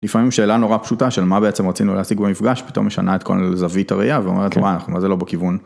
לפעמים שאלה נורא פשוטה של מה בעצם רצינו להשיג במפגש פתאום משנה את כל זווית הראייה ואומרת וואי אנחנו מה זה לא בכיוון.